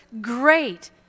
great